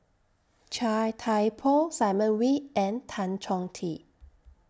Chia Thye Poh Simon Wee and Tan Chong Tee